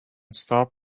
stop